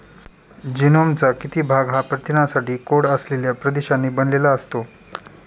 जीनोमचा किती भाग हा प्रथिनांसाठी कोड असलेल्या प्रदेशांनी बनलेला असतो?